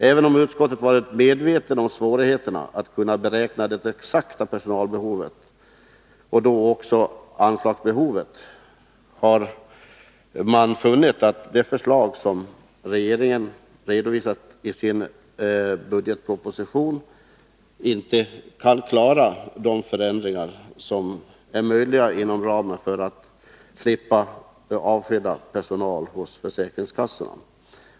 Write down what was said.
Även om utskottet har varit medvetet om svårigheterna att beräkna det exakta personalbehovet och därmed anslagsbehovet, har utskottet funnit att det förslag som regeringen redovisat i sin proposition inte är tillräckligt för att man skall kunna klara dessa förändringar och slippa avskeda personal hos försäkringskassorna.